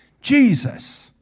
Jesus